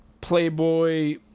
playboy